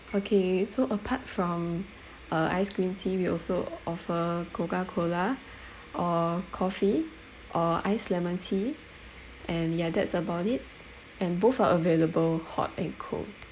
okay so apart from uh iced green tea we also offer coca cola or coffee or iced lemon tea and ya that's about it and both are available hot and cold